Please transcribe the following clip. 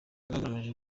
bwagaragaje